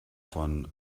von